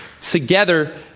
together